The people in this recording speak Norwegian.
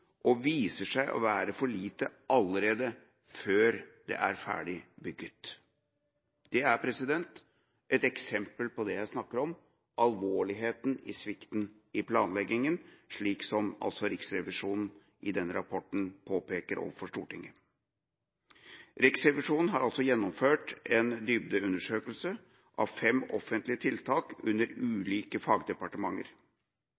viser seg å være for lite allerede før det er ferdig bygd. Det er et eksempel på det jeg snakker om: Alvorligheten i svikten i planleggingen, slik Riksrevisjonen i rapporten påpeker overfor Stortinget. Riksrevisjonen har gjennomført en dybdeundersøkelse av fem offentlige tiltak under